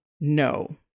No